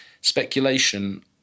speculation